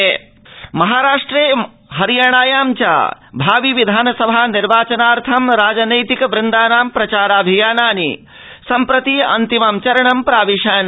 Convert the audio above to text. विधानसभानिर्वाचनानि महाराष्ट्रे हरियाणायां च भावि विधानसभा निर्वाचनार्थं राजनैतिक वृन्दानां प्रचाराभियानानि सम्प्रति अन्तिमचरणं प्राविशत्